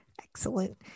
excellent